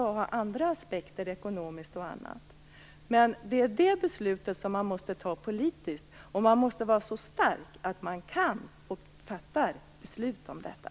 Det innebär andra aspekter, t.ex. ekonomiska. Det beslutet måste fattas politiskt. Man måste vara så stark att man kan fatta ett beslut om detta.